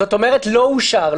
זאת אומרת לא אושרה,